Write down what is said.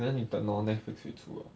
可是你等 lor Netflix 有出 ah